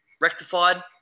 rectified